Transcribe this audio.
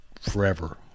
forever